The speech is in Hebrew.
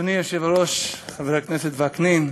אדוני היושב-ראש חבר הכנסת וקנין,